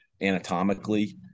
anatomically